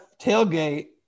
tailgate